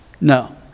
No